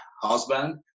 husband